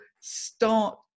start